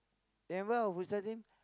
remember our futsal team